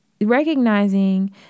Recognizing